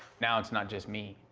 now it's not just me,